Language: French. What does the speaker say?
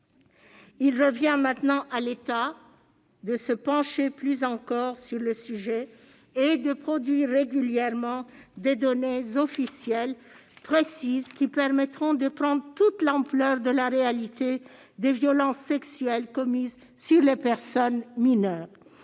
Il revient maintenant à l'État de se pencher plus encore sur le sujet et de produire régulièrement des données officielles précises qui permettront de prendre toute l'ampleur de la réalité des violences sexuelles commises sur les personnes mineures.